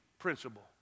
principle